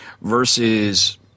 versus